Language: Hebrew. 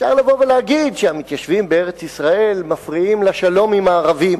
אפשר לבוא ולהגיד שהמתיישבים בארץ-ישראל מפריעים לשלום עם הערבים.